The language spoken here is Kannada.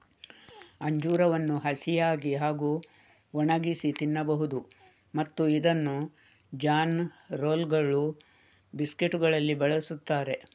ಅಂಜೂರವನ್ನು ಹಸಿಯಾಗಿ ಹಾಗೂ ಒಣಗಿಸಿ ತಿನ್ನಬಹುದು ಮತ್ತು ಇದನ್ನು ಜಾನ್ ರೋಲ್ಗಳು, ಬಿಸ್ಕೆಟುಗಳಲ್ಲಿ ಬಳಸುತ್ತಾರೆ